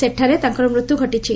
ସେଠାରେ ତାଙ୍କର ମୃତ୍ୟୁ ଘଟିଛି